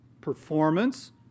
performance